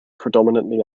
predominantly